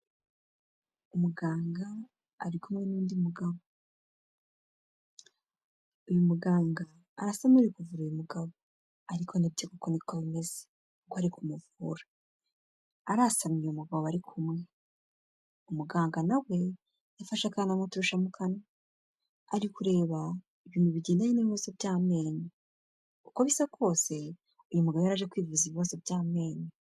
Umuganga ari kumwe n'undi mugabo. Uyu muganga arasa n'uri kuvura uyu mugabo. Ariko ni byo kuko ni ko bimeze; ko ari kumuvura. Arasamye uyu mugabo bari kumwe. Umuganga na we yafashe akantu amutorosha mu kanwa. Ari kureba ibintu bigendanye n'ibibazo by'amenyo. Uko bisa kose, uyu mugabo yari aje kwivuza ibibazo by'amenyo.